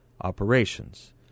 operations